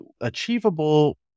achievable